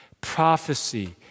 prophecy